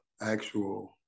actual